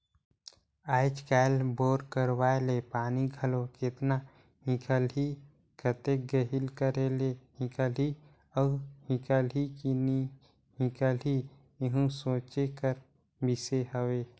आएज काएल बोर करवाए ले पानी घलो केतना हिकलही, कतेक गहिल करे ले हिकलही अउ हिकलही कि नी हिकलही एहू सोचे कर बिसे हवे